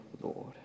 Lord